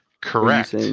Correct